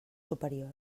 superior